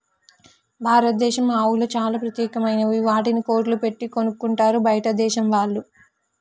భారతదేశం ఆవులు చాలా ప్రత్యేకమైనవి వాటిని కోట్లు పెట్టి కొనుక్కుంటారు బయటదేశం వాళ్ళు